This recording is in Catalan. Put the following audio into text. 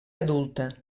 adulta